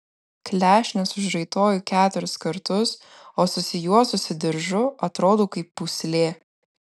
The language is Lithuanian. klešnes užraitoju keturis kartus o susijuosusi diržu atrodau kaip pūslė